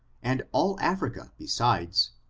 and all africa besides,